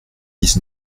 dix